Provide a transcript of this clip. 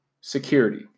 security